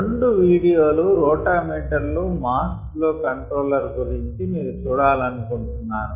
రెండు వీడియో లు రోటా మీటర్లు మాస్ ఫ్లో కంట్రోలర్ గురించి మీరు చూడాలనుకొంటున్నాను